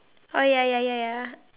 oh ya ya ya ya